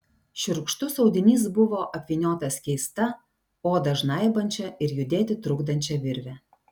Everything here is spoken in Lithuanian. šiurkštus audinys buvo apvyniotas keista odą žnaibančia ir judėti trukdančia virve